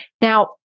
Now